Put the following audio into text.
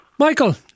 Michael